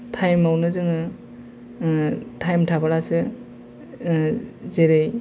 थायमावनो जोङो थायम थाब्लासो जेरै